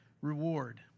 reward